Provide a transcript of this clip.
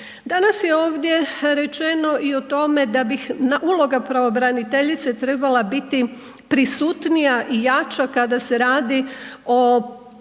Danas je ovdje rečeno i o tome da bi uloga pravobraniteljice trebala biti prisutnija i jača kada se radi o